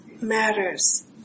matters